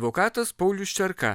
advokatas paulius čerka